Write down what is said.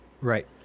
Right